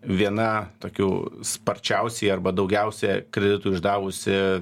viena tokių sparčiausiai arba daugiausia kreditų išdavusi